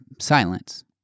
silence